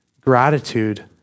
Gratitude